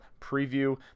preview